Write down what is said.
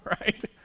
right